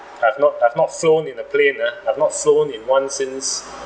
I've not I've not flown in a plane uh I've not flown in one since